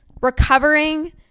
Recovering